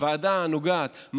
הוועדה הנוגעת בדבר,